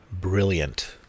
brilliant